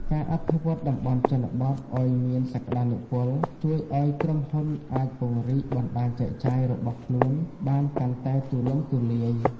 ការអភិវឌ្ឍតំបន់ជនបទឱ្យមានសក្ដានុពល ជួយឱ្យក្រុមហ៊ុនអាចពង្រីកបណ្ដាញចែកចាយរបស់ខ្លួនបានកាន់តែទូលំទូលាយ។